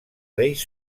reis